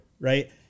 right